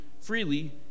freely